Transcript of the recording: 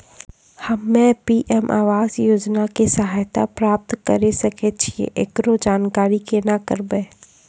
हम्मे पी.एम आवास योजना के सहायता प्राप्त करें सकय छियै, एकरो जानकारी केना करबै?